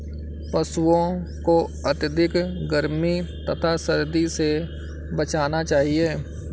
पशूओं को अत्यधिक गर्मी तथा सर्दी से बचाना चाहिए